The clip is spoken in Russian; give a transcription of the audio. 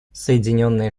соединенные